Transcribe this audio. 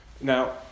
Now